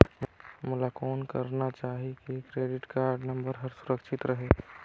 मोला कौन करना चाही की क्रेडिट कारड नम्बर हर सुरक्षित रहे?